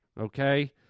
okay